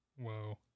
whoa